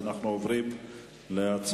לכן אנחנו עוברים להצבעה.